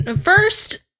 first